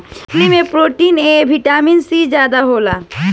मछली में प्रोटीन आ विटामिन सी ज्यादे होखेला